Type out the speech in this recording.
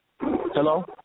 Hello